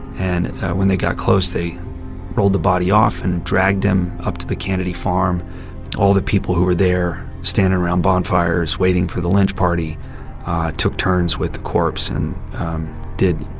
and when they got close, they rolled the body off and dragged him up to the cannady farm all the people who were there standing around bonfires waiting for the lynch party took turns with the corpse and did,